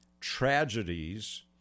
tragedies